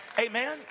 Amen